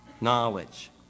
knowledge